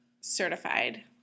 Certified